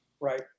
Right